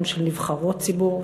גם של נבחרות ציבור.